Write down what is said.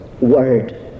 word